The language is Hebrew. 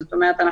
זאת אומרת,